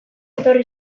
etorri